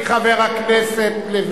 מספיק, חבר הכנסת לוין.